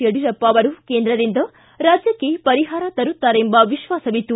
ಯಡಿಯೂರಪ್ಪ ಅವರು ಕೇಂದ್ರದಿಂದ ರಾಜ್ಯಕ್ಷೆ ಪರಿಹಾರ ತರುತ್ತಾರೆಂಬ ವಿಶ್ವಾಸವಿತ್ತು